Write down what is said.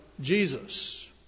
Jesus